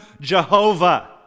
Jehovah